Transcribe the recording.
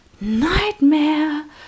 nightmare